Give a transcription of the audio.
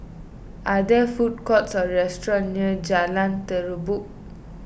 are there food courts or restaurants near Jalan Terubok